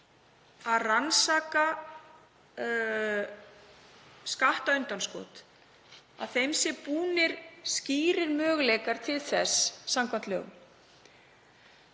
að rannsaka skattundanskot að þeim séu búnir skýrir möguleikar til þess samkvæmt lögum.